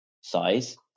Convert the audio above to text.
size